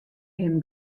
him